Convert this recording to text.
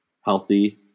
healthy